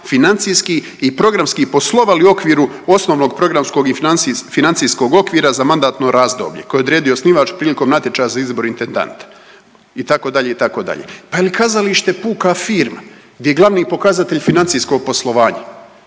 financijski i programski poslovali u okviru osnovnog programskog i financijskog okvira za mandatno razdoblje koje je odredio osnivač prilikom natječaja za izbor intendanta, itd., itd. Pa je li kazalište puka firma gdje glavni pokazatelj financijsko poslovanje?